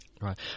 right